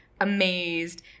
amazed